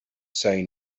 say